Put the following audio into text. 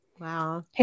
Wow